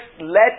let